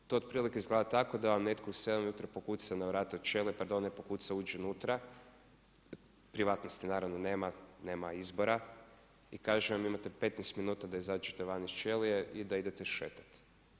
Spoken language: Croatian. To otprilike izgleda tako da vam netko u 7 ujutro pokuca na vrata od ćelije, pardon ne pokuca, uđe unutra, privatnosti naravno nema, nema izbora i kaže vam imate 15 minuta da izađete van iz ćelije i da idete šetati.